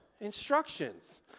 Instructions